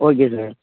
okay sir